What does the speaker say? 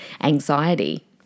anxiety